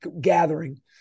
gathering